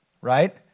right